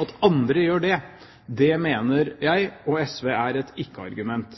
At andre gjør det, mener jeg og SV er et ikke-argument.